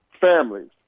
families